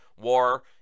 war